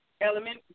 Element